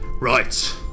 right